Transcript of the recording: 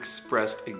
expressed